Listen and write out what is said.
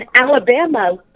Alabama